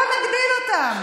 בואו נגדיל אותם.